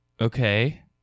Okay